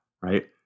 right